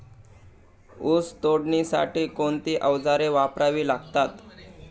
ऊस तोडणीसाठी कोणती अवजारे वापरावी लागतात?